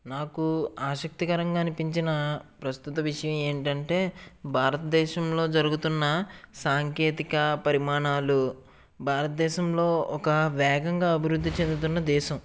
నాకు ఆసక్తికరంగా అనిపించిన ప్రస్తుత విషయం ఏమిటంటే భారత దేశంలో జరుగుతున్న సాంకేతిక పరిమాణాలు భారతదేశంలో ఒక వేగంగా అభివృద్ధి చెందుతున్న దేశం